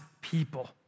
people